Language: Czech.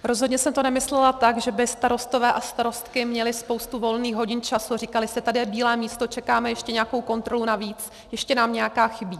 Rozhodně jsem to nemyslela tak, že by starostové a starostky měli spoustu volných hodin času a říkali si: tady je bílé místo, čekáme ještě nějakou kontrolu navíc, ještě nám nějaká chybí.